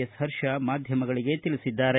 S Harsha ಮಾಧ್ಯಮಗಳಿಗೆ ತಿಳಿಸಿದ್ದಾರೆ